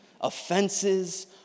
Offenses